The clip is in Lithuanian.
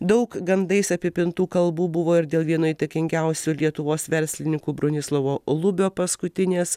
daug gandais apipintų kalbų buvo ir dėl vieno įtakingiausių lietuvos verslininkų bronislovo lubio paskutinės